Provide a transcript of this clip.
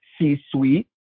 C-suite